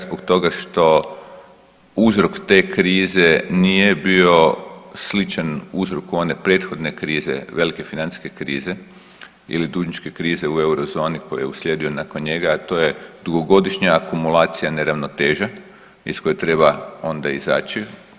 Zbog toga što uzrok te krize nije bio sličan uzroku one prethodne krize, velike financijske krize ili dužničke krize u Eurozoni koji je uslijedio nakon njega, a to je dugogodišnja akumulacija neravnoteža iz koje treba onda izaći.